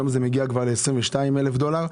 היום זה מגיע כבר ל-22,000 דולר.